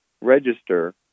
register